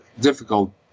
difficult